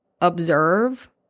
observe